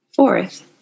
Fourth